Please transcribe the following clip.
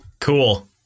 Cool